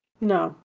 no